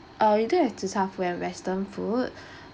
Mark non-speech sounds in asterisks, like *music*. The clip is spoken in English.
uh you we do have tzechar food and western food *breath* um